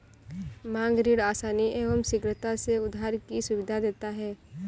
मांग ऋण आसानी एवं शीघ्रता से उधार की सुविधा देता है